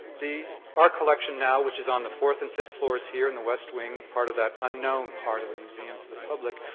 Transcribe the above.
the art collection now, which is on the fourth and fifth floors here in the west wing part of that unknown part of the museum for the public,